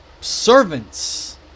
servants